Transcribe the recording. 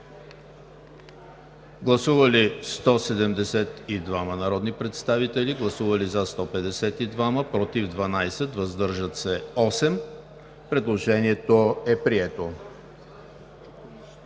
Гласували 172 народни представители: за 152, против 12, въздържали се 8. Предложението е прието.